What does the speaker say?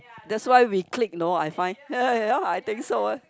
that's why we click no I find ya I think so lah